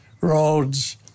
roads